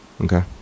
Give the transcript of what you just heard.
Okay